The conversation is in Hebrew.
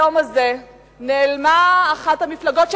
היום הזה נעלמה אחת המפלגות,